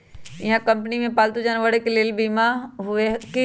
इहा कंपनी में पालतू जानवर के लेल बीमा हए कि?